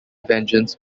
vengeance